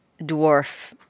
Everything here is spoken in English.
dwarf